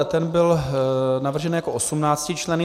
Ten byl navržen jako 18členný.